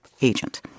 agent